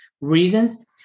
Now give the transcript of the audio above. reasons